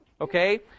Okay